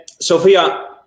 Sophia